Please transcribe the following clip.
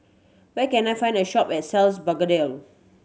where can I find a shop and sells Blephagel